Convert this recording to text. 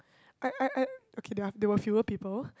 I I I okay there are there were fewer people